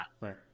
Right